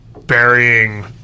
burying